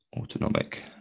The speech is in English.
Autonomic